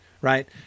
right